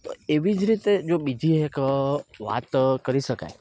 તો એવી જ રીતે જો બીજી એક વાત કરી શકાય